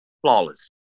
flawless